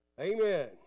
Amen